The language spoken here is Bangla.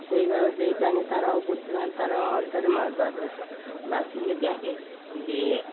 সেই ভাবে যেই টানে তারাও বুদ্ধিমান তারাও আমার ধরে মাছ বাছে বাছিয়ে দেখে যে